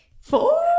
Four